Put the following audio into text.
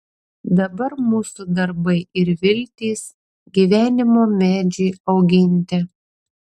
dabar mūsų darbai ir viltys gyvenimo medžiui auginti